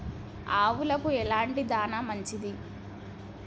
ఆవులకు ఎలాంటి దాణా మంచిది?